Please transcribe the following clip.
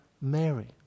Mary